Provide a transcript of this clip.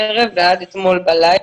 מיום חמישי בערב ועד אתמול בלילה,